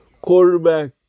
Quarterback